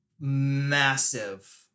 massive